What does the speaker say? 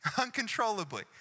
uncontrollably